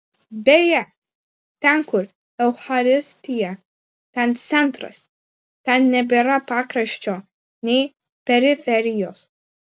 beje ten kur eucharistija ten centras ten nebėra pakraščio nei periferijos